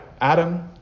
Adam